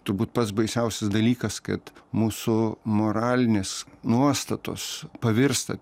turbūt pats baisiausias dalykas kad mūsų moralinės nuostatos pavirsta